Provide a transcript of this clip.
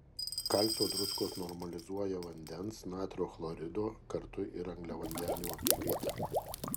kalcio druskos normalizuoja vandens natrio chlorido kartu ir angliavandenių apykaitą